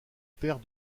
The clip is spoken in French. père